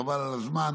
חבל על הזמן.